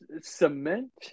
cement